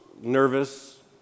nervous